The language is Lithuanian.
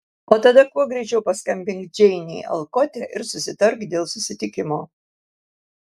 o tada kuo greičiau paskambink džeinei alkote ir susitark dėl susitikimo